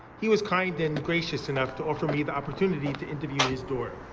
he was kind and gracious enough to offer me the opportunity to interview his door.